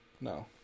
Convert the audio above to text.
No